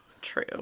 true